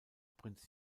prinz